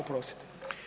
Oprostite.